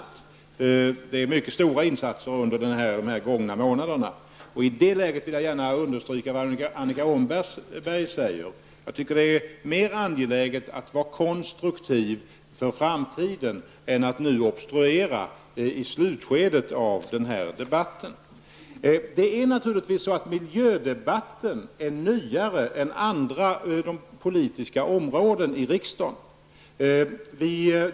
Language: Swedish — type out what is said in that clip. Det har gjorts mycket stora insatser under de gångna månaderna. I det sammanhanget vill jag gärna understryka vad Annika Åhnberg säger. Det är mer angeläget att vara konstruktiv för framtiden än att nu obstruera i slutskedet av den här debatten. Miljödebatten är naturligtvis nyare än debatten på andra politiska områden i riksdagen.